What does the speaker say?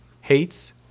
hates